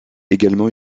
également